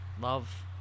love